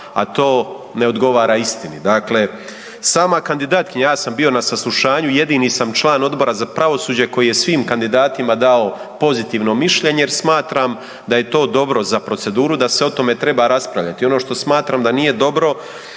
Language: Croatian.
a to ne odgovara istini. Dakle, sama kandidatkinja, ja sam bio na saslušanju, jedini sam član Odbora za pravosuđe koji je svim kandidatima dao pozitivno mišljenje jer smatram da je to dobro za proceduru, da se o tome treba raspravljati. Ono što smatram da nije dobro